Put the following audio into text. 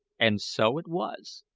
and so it was.